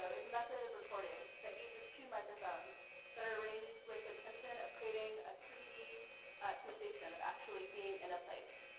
is a method of recording that uses two microphones that are arranged with the intention of creating a three d sensation of actually being in a place.